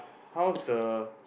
how's the